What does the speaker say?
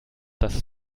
das